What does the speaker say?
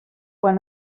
quan